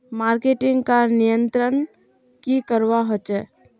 Marketing का नियंत्रण की करवा होचे?